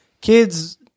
kids